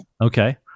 Okay